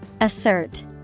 Assert